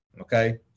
Okay